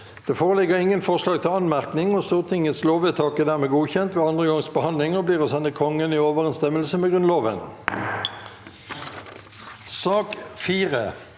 Det foreligger ingen forslag til anmerkning. Stortingets lovvedtak er dermed godkjent ved andre gangs behandling og blir å sende Kongen i overensstemmelse med Grunnloven.